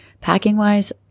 Packing-wise